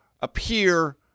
appear